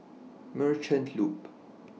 Merchant Loop